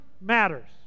matters